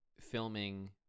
filming